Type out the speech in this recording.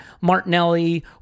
Martinelli